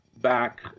back